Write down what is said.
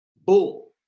Bull